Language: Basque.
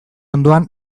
ondoan